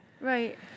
Right